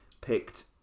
picked